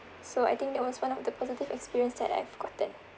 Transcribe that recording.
so I think that was one of the positive experience that I've gotten